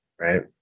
right